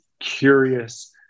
curious